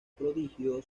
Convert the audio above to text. prodigio